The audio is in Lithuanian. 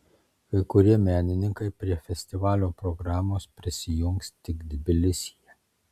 kai kurie menininkai prie festivalio programos prisijungs tik tbilisyje